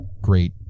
great